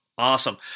Awesome